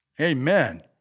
Amen